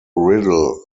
riddle